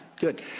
Good